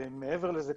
מעבר לזה,